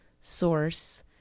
Source